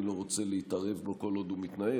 אני לא רוצה להתערב בו כל עוד הוא מתנהל.